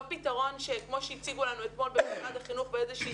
לא פתרון כמו שהציגו לנו אתמול בוועדת החינוך באיזושהי